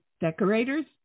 decorators